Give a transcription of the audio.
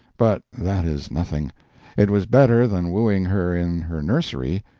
but that is nothing it was better than wooing her in her nursery,